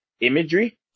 imagery